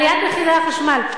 עליית מחירי החשמל.